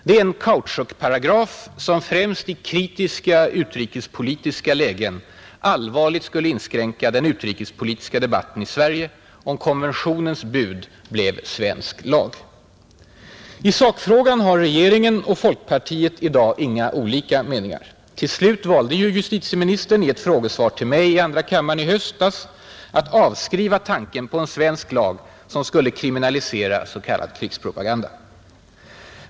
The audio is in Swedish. Det är en kautschukparagraf som främst i kritiska utrikespolitiska lägen allvarligt skulle inskränka den utrikespolitiska debatten i Sverige om konventionens bud blev svensk lag. I sakfrågan har regeringen och folkpartiet i dag inga olika meningar. Till slut valde ju justitieministern i ett frågesvar till mig i andra kammaren i höstas att avskriva tanken på en svensk lag som skulle kriminalisera s, k. krigspropaganda.